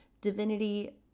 divinity